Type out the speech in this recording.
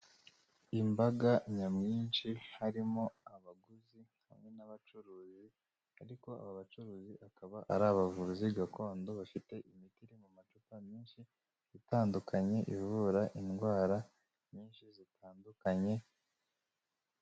Imbaga nyamwinshi harimo abaguzi hamwe n'abacuruzi ariko aba bacuruzi akaba ari abavuzi gakondo bafite imiti iri mu macupa menshi itandukanye, ibivura indwara nyinshi zitandukanye.